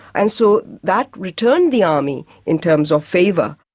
and so that returned the army in terms of favour.